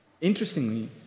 Interestingly